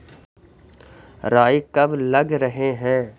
राई कब लग रहे है?